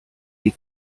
die